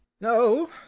no